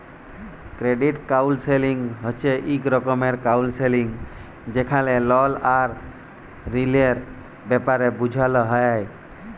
credit counselling হছে ইক রকমের কাউল্সেলিং যেখালে লল আর ঋলের ব্যাপারে বুঝাল হ্যয়